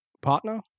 partner